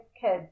kids